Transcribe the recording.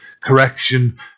correction